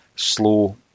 Slow